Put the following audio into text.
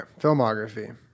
filmography